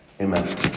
amen